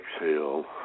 exhale